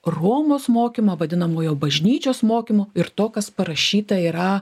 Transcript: romos mokymo vadinamojo bažnyčios mokymo ir to kas parašyta yra